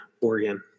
Oregon